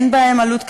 אין בהן עלות כלכלית.